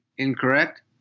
incorrect